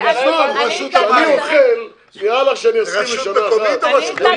נראה לך שאסכים לשנה אחת?